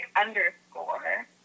underscore